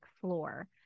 floor